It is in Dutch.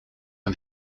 een